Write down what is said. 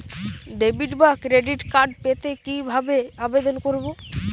Debit বা credit card পেতে কি ভাবে আবেদন করব?